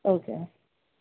okay